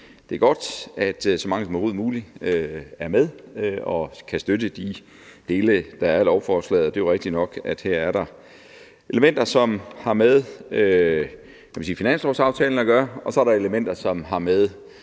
det er godt, at så mange som overhovedet muligt er med til at støtte de dele, der er, af lovforslaget, hvori der jo rigtigt nok er elementer, som har med finanslovsaftalen at gøre, og så elementer, der har at